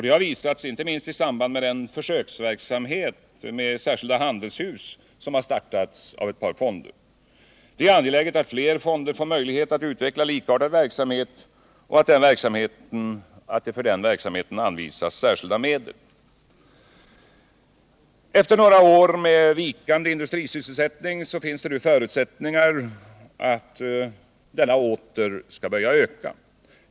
Det har visats inte minst i samband med den försöksverksamhet med särskilda handelshus som startats av ett par fonder. Det är angeläget att fler fonder får möjligheter att utveckla likartad verksamhet och att det kan anvisas särskilda medel för den. Efter några år med vikande industrisysselsättning finns det nu förutsättningar för att denna åter skall börja öka.